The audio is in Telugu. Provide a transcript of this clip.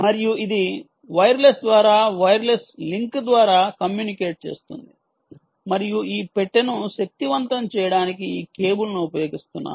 మరియు ఇది వైర్లెస్ ద్వారా వైర్లెస్ లింక్ ద్వారా కమ్యూనికేట్ చేస్తోంది మరియు ఈ పెట్టెను శక్తివంతం చేయడానికి ఈ కేబుల్ను ఉపయోగిస్తున్నాను